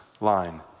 line